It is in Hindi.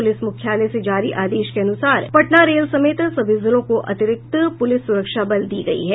पुलिस मुख्यालय से जारी आदेश के अनुसार पटना रेल समेत सभी जिलों को अतिरिक्त पुलिस सुरक्षा बल दी गयी है